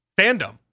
fandom